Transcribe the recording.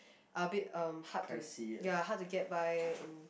a bit um hard to ya hard to get by and